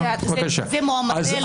בארץ, אלה מועמדי עלייה.